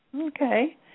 Okay